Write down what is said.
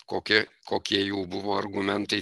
kokie kokie jų buvo argumentai